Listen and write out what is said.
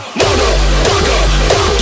motherfucker